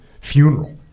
funeral